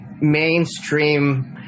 mainstream